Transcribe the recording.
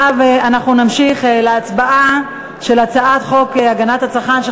נמשיך להצבעה של הצעת חוק הגנת הצרכן (תיקון,